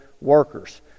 workers